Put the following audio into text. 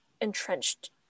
entrenched